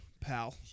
pal